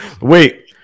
Wait